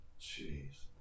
Jeez